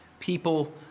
People